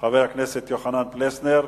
חבר הכנסת יוחנן פלסנר,